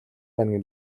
байна